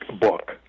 book